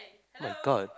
oh-my-God